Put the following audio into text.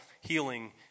healing